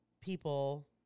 people